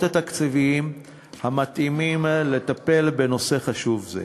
התקציביים המתאימים לטפל בנושא חשוב זה.